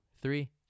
three